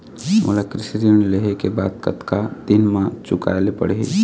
मोला कृषि ऋण लेहे के बाद कतका दिन मा चुकाए ले पड़ही?